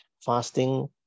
Fasting